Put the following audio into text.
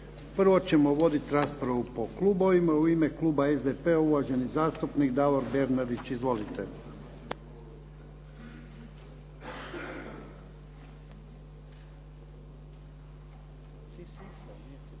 Prvo ćemo vodit raspravu po klubovima. U ime kluba SDP-a uvaženi zastupnik Davor Bernardić. Izvolite.